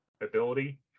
ability